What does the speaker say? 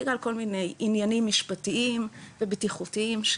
בגלל כל מיני עניינים משפטיים ובטיחותיים,